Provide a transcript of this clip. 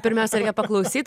pirmiausia reikia paklausyt